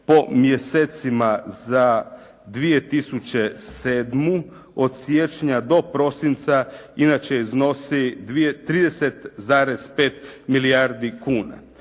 po mjesecima za 2007. od siječnja do prosinca inače iznosi 30,5 milijardi kuna.